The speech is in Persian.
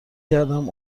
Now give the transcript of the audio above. کردم